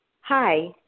Hi